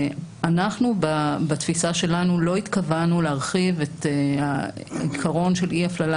אנחנו בתפיסה שלנו לא התכוונו להרחיב את העיקרון של אי הפללה